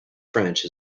french